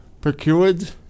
procured